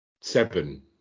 Seven